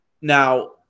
Now